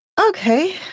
Okay